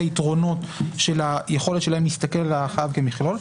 היתרונות של היכולת שלהם להסתכל על החייב כמכלול,